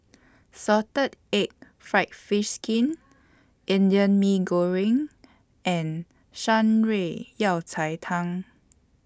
Salted Egg Fried Fish Skin Indian Mee Goreng and Shan Rui Yao Cai Tang